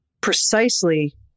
precisely